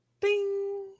Ding